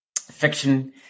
fiction